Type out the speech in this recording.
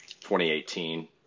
2018